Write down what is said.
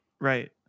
right